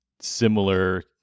similar